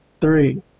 three